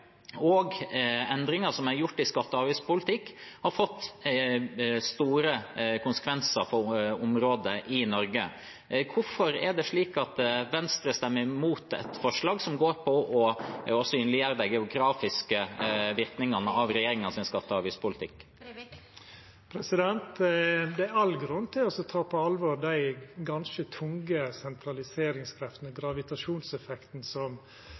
og endringer som er gjort i skatte- og avgiftspolitikken, har fått store konsekvenser for områder i Norge. Hvorfor er det slik at Venstre stemmer imot et forslag som går ut på å synliggjøre de geografiske virkningene av regjeringens skatte- og avgiftspolitikk? Det er all grunn til å ta på alvor dei ganske tunge sentraliseringskreftene, gravitasjonseffekten,